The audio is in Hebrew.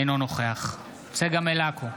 אינו נוכח צגה מלקו,